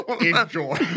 Enjoy